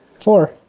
Four